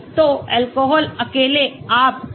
तो अल्कोहल अकेले आप एक बहुत अच्छा संबंध देख सकते हैं